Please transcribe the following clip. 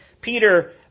Peter